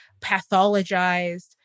pathologized